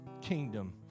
kingdom